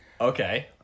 Okay